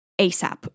ASAP